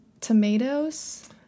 tomatoes